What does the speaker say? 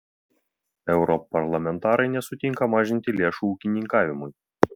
europarlamentarai nesutinka mažinti lėšų ūkininkavimui